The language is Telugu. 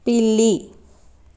పిల్లి